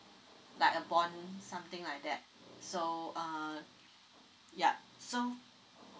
like a bond something like that so uh yup so